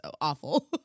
awful